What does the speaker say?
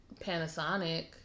Panasonic